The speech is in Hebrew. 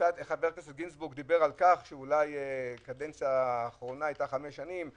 חבר הכנסת גינזבורג דיבר על כך שהקדנציה האחרונה היתה חמש שנים.